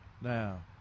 Now